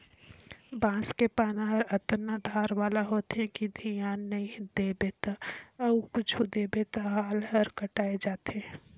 बांस के पाना हर अतना धार वाला होथे कि धियान नई देबे त अउ छूइ देबे त हात हर कटाय जाथे